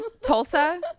Tulsa